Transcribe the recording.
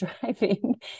driving